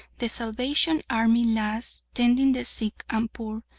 the salvation army lass tending the sick and poor,